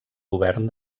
govern